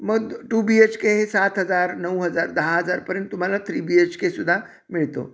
मग two B H K हे सात हजार नऊ हजार दहा हजारपर्यंत तुम्हाला थ्री बी एच केसुद्धा मिळतो